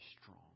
strong